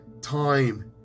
time